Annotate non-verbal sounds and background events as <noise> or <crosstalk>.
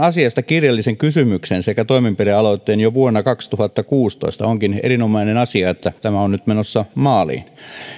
<unintelligible> asiasta kirjallisen kysymyksen sekä toimenpidealoitteen jo vuonna kaksituhattakuusitoista onkin erinomainen asia että tämä on nyt menossa maaliin